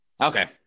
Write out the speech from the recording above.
Okay